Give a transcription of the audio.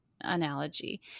analogy